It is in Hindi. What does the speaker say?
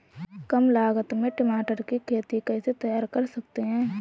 कम लागत में टमाटर की खेती कैसे तैयार कर सकते हैं?